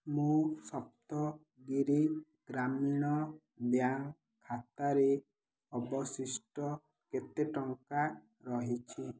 ମୋ ସପ୍ତଗିରି ଗ୍ରାମୀଣ ବ୍ୟାଙ୍କ ଖାତାରେ ଅବଶିଷ୍ଟ କେତେ ଟଙ୍କା ରହିଛି